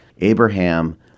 Abraham